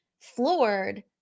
floored